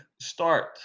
start